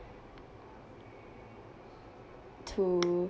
to